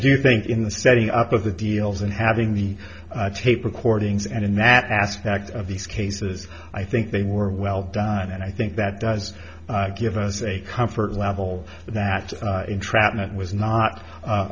do think in the setting up of the deals and having the tape recordings and in that aspect of these cases i think they were well done and i think that does give us a comfort level that entrapment was not